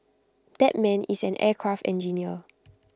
that man is an aircraft engineer